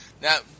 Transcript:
Now